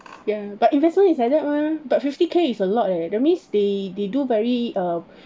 ya but investment is like that mah but fifty K is a lot leh that means they they do very uh